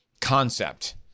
concept